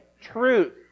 Truth